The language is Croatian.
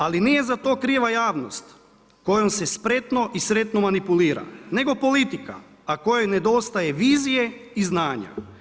Ali, nije za to kriva javnost, kojom se spretno i sretno manipulira, nego politika, a kojoj nedostaje vizije i znanja.